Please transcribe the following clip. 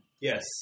Yes